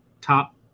top